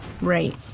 right